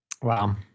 Wow